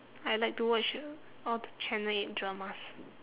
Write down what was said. I like to watch all the channel eight dramas